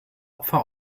opfer